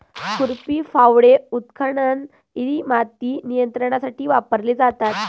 खुरपी, फावडे, उत्खनन इ माती नियंत्रणासाठी वापरले जातात